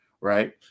right